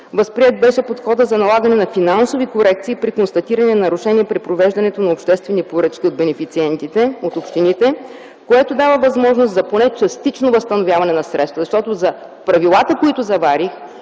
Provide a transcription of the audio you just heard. Възприет беше подходът за налагане на финансови корекции при констатиране на нарушения при провеждането на обществени поръчки от бенефициентите – от общините, което дава възможност поне за частично възстановяване на средствата. Правилата, които заварих,